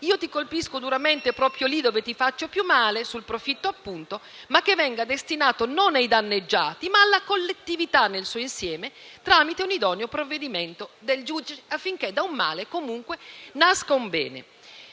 viene colpito duramente proprio lì dove gli fa più male, sul profitto, appunto), che venga destinato non ai danneggiati, ma alla collettività nel suo insieme tramite un idoneo provvedimento del giudice, affinché da un male comunque nasca un bene.